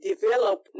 develop